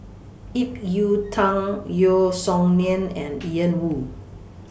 Ip Yiu Tung Yeo Song Nian and Ian Woo